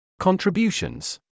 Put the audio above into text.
Contributions